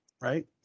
right